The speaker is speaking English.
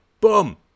Boom